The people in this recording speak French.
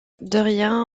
doria